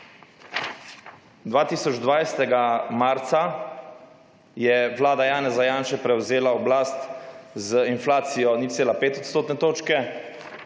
2020, marca, je Vlada Janeza Janše prevzela oblast z inflacijo 0,5 odstotne točke,